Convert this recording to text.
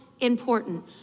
important